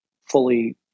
fully